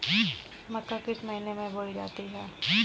मक्का किस महीने में बोई जाती है?